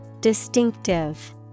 Distinctive